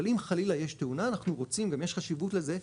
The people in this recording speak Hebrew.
אבל אם חלילה יש תאונה אנחנו רוצים וגם יש חשיבות לזה,